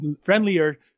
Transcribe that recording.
friendlier